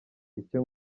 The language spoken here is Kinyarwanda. icyo